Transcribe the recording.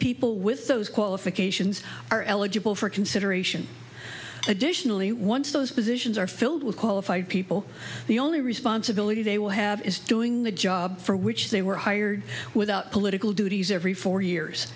people with those qualifications are eligible for consideration additionally once those positions are filled with qualified people the only responsibility they will have is doing the job for which they were hired without political duties every four years